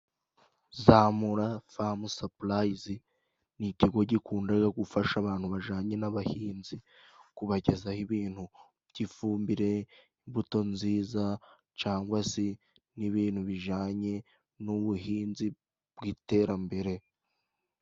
Zamura famu sapuriyizi ni ikigo gikundaga gufashaga abantu bajynanye n'abahinzi, kubagezaho ibintu by'ifumbire imbuto nziza cagwa se n'ibintu bijanye n'ubuhinzi bw'iterambere.